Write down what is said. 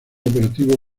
operativo